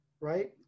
right